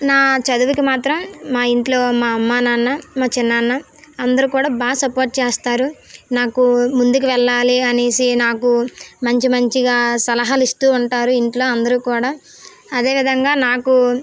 నా చదువుకి మాత్రం మా ఇంట్లో మా అమ్మ నాన్న మా చిన్నాన్న అందరు కూడా బాగా సపోర్ట్ చేస్తారు నాకు ముందుకు వెళ్ళాలి అనేసి నాకు మంచి మంచిగా సలహాలు ఇస్తూ ఉంటారు ఇంట్లో అందరూ కూడా అదే విధంగా నాకు